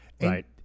Right